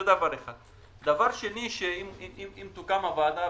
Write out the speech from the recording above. אם תוקם ועדת המשנה,